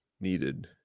needed